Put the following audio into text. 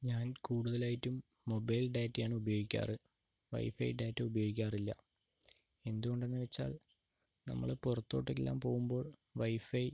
ഞാൻ കൂടുതലായിട്ടും മൊബൈൽ ഡാറ്റയാണ് ഉപയോഗിക്കാറ് വൈഫൈ ഡാറ്റ ഉപയോഗിക്കാറില്ല എന്തുകൊണ്ടെന്ന് വെച്ചാൽ നമ്മൾ പുറത്തോട്ടെല്ലാം പോകുമ്പോൾ വൈഫൈ